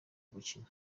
ugukina